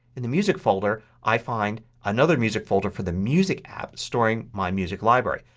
in the music folder i find another music folder for the music app storing my music library.